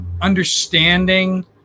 understanding